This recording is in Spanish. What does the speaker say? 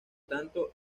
tanto